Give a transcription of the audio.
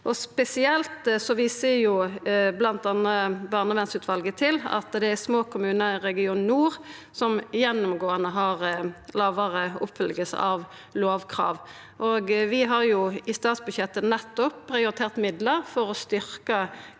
Spesielt viser bl.a. barnevernsutvalet til at det er små kommunar i region nord som gjennomgåande i lågare grad oppfyller lovkrav. Vi har i statsbudsjettet nettopp prioritert midlar for å styrkja